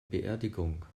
beerdigung